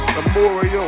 Memorial